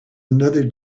another